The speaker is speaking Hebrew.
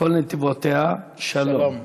וכל נתיבות שלום".